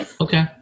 Okay